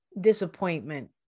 disappointment